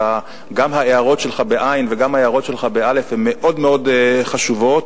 גם ההערות שלך וגם ההארות שלך הן מאוד מאוד חשובות,